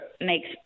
makes